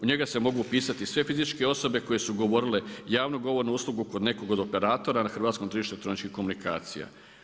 U njega se mogu upisati sve fizičke osobe koju ugovorile javnu govornu uslugu kod nekog od operatora na hrvatskom tržištu elektroničkom komunikacija.